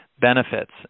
benefits